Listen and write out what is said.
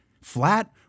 flat